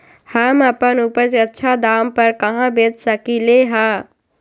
हम अपन उपज अच्छा दाम पर कहाँ बेच सकीले ह?